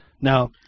Now